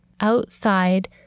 outside